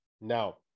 Now